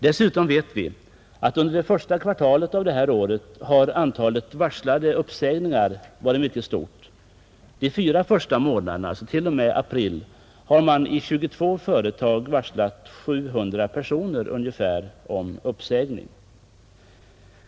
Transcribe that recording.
Dessutom vet vi att under det första kvartalet i år har antalet varslade uppsägningar varit mycket stort. Under de första fyra månaderna, alltså t.o.m. april, har man i 22 företag varslat ungefär 200 personer om uppsägning.